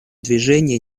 движения